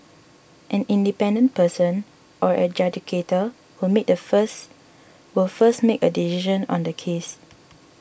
an independent person or adjudicator will make the first will first make a decision on the case